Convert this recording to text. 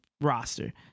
roster